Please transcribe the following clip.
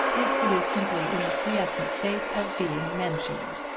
if it is simply in the quiescent state of being mentioned,